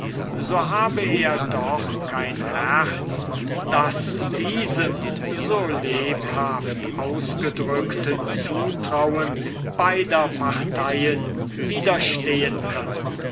so habe er doch kein herz das diesem so lebhaft ausgedrückten zutrauen beider parteien widerstehen könne